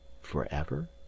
forever